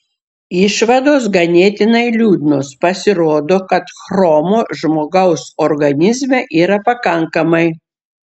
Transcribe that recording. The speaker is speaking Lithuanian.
išvados ganėtinai liūdnos pasirodo kad chromo žmogaus organizme yra pakankamai